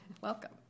Welcome